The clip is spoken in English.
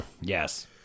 Yes